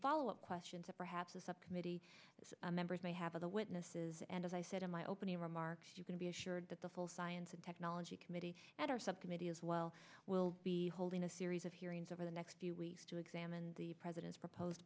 follow up questions that perhaps the subcommittee members may have other witnesses and as i said in my opening remarks you can be assured that the full science and technology committee and our subcommittee as well will be holding a series of hearings over the next few weeks to examine the president's propose